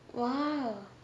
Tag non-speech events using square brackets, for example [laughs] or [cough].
!wow! [laughs]